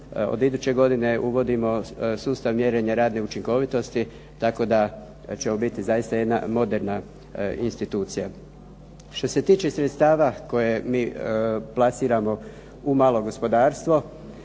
od iduće godine uvodimo sustav mjerenja radne učinkovitosti tako da ćemo biti zaista jedna moderna institucija. Što se tiče sredstava koje mi plasiramo u malo gospodarstvo